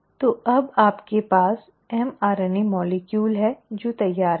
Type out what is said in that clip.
तो अब आपके पास mRNA अणु है जो तैयार है